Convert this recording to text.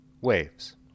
waves